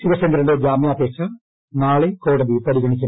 ശിവശങ്കറിന്റെ ജാമ്യാപേക്ഷ നാളെ കോടതി പരിഗണിക്കും